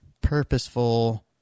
purposeful